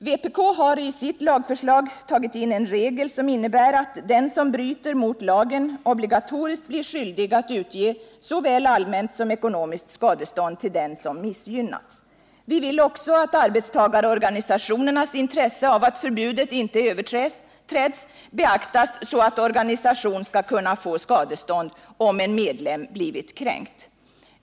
Vpk har i sitt lagförslag tagit in en regel som innebär att den som bryter mot lagen obligatoriskt blir skyldig att utge såväl allmänt som ekonomiskt skadestånd till den som missgynnats. Vi vill också att arbetstagarorganisationernas intresse av att förbudet inte överträds beaktas, så att organisation skall kunna få skadestånd om en medlem blivit kränkt.